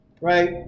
right